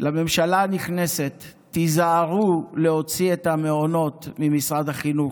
לממשלה הנכנסת: תיזהרו מלהוציא את המעונות ממשרד החינוך.